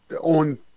on